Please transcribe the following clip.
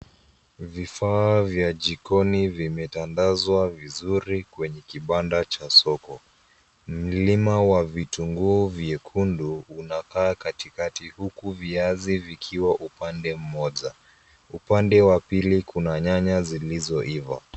Vifaa vya jikoni vimetandazwa vizuri kwenye kibanda cha soko. Mlima wa vitunguu vyekundu unakaa katikati huku viazi vikiwa upande mmoja. Upande wa pili kuna nyanya zilizoiva.